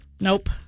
Nope